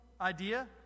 idea